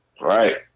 right